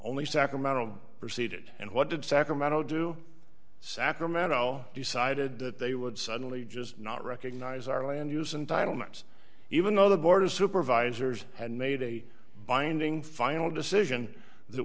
only sacramento proceeded and what did sacramento do sacramento decided that they would suddenly just not recognize our land use and title means even though the board of supervisors had made a binding final decision that